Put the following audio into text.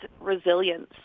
resilience